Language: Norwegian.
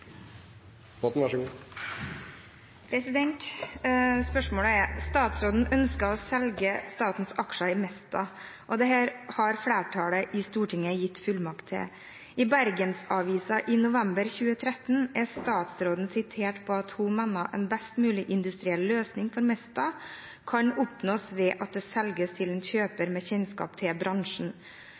Spørsmålet er: «Statsråden ønsker å selge statens aksjer i Mesta, og dette har flertallet i Stortinget gitt fullmakt til. I Bergensavisen i november 2013 er statsråden sitert på at hun mener en best mulig industriell løsning for Mesta kan oppnås ved at det selges til en kjøper med kjennskap til bransjen.